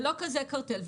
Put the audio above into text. שזה לא כזה קרטל.